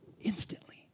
instantly